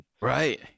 Right